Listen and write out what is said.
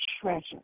treasure